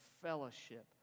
fellowship